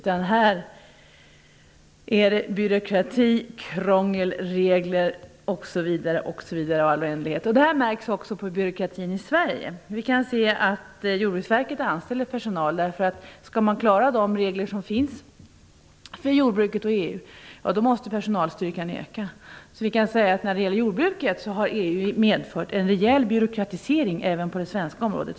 Här är det byråkrati, krångel, regler osv. i all oändlighet. Det märks också på byråkratin i Sverige. Vi kan se att Jordbruksverket nu anställer personal. För att klara de regler som finns för jordbruket i EU måste personalstyrkan öka. Vi kan alltså säga att EU när det gäller jordbruket har medfört en rejäl byråkratisering även i Sverige.